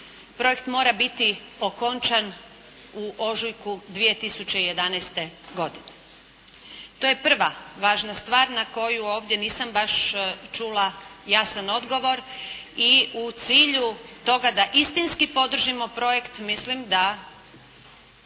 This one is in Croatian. projekt mora biti okončan u ožujku 2011. godine. To je prva važna stvar na koju nisam ovdje baš čula jasan odgovor. I u cilju toga da istinski podržimo projekt mislim da